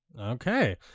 Okay